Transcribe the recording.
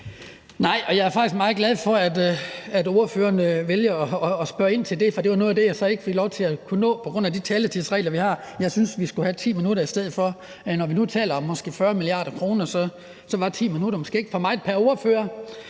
faktisk meget glad for, at ordføreren vælger at spørge ind til det, for det var noget af det, jeg så ikke fik lov til at kunne nå på grund af de taletidsregler, vi har. Jeg synes, vi skulle have 10 minutter i stedet for. Når vi nu taler om måske 40 mia. kr., var 10 minutter måske ikke for meget pr. ordfører.